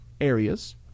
areas